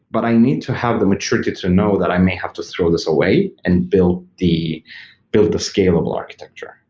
but i need to have the maturity to know that i may have to throw this away and build the build the scalable architecture.